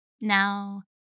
Now